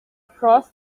crossed